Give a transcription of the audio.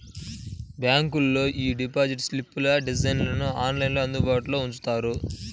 బ్యాంకులోళ్ళు యీ డిపాజిట్ స్లిప్పుల డిజైన్లను ఆన్లైన్లో అందుబాటులో ఉంచుతారు